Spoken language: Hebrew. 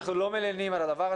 אנחנו לא מלינים על זה.